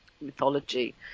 mythology